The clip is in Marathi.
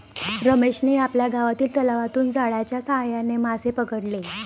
रमेशने आपल्या गावातील तलावातून जाळ्याच्या साहाय्याने मासे पकडले